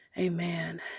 Amen